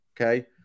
Okay